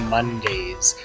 Mondays